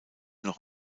noch